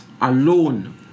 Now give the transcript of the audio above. alone